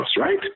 right